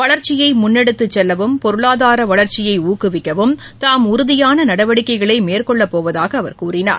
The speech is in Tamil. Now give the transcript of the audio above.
வளர்ச்சியை முன்னெடுத்து செல்லவும் பொருளாதார வளர்ச்சியை ஊக்குவிக்கவும் தாம் உறுதியான நடவடிக்கைகளை மேள்கொள்ளப் போவதாகக் கூறினார்